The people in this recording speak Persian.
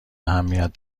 اهمیت